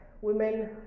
women